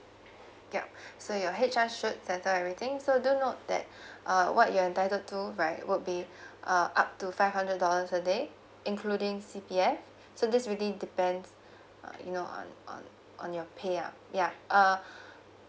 ya so your H_R should settle everything so do note that uh what you're entitled to right would be uh up to five hundred dollars a day including C_P_F so this really depends uh you know on on on your pay ah ya uh